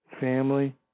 family